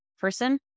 person